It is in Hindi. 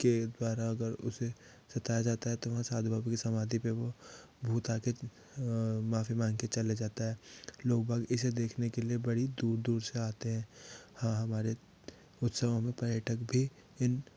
के द्वारा अगर उसे सताया जाता है तो वहाँ साधु बाबा की समाधि पर वो भूत आ कर माफ़ी मांग के चले जाता है लोग बाग इसे देखने के लिए बड़ी दूर दूर से आते हैं हाँ हमारे उत्सवों में पर्यटक भी इन